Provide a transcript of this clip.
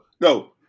No